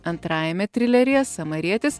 antrajame trileryje samarietis